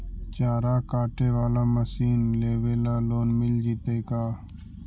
चारा काटे बाला मशीन लेबे ल लोन मिल जितै का?